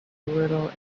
little